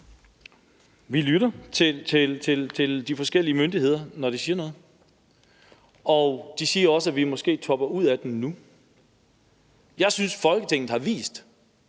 Vi lytter til de forskellige myndigheder, når de siger noget, og de siger også, at vi måske topper ud af den nu. Jeg synes, Folketinget har vist,